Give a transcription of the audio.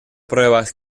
pruebas